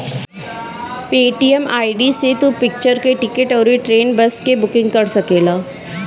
Paytm ID से तू picture के टिकट अउरी ट्रेन, बस के बुकिंग कर सकेला